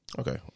Okay